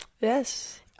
yes